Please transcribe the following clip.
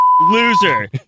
loser